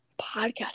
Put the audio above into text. podcast